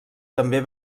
també